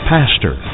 Pastor